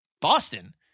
Boston